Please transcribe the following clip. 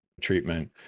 treatment